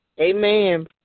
Amen